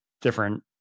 different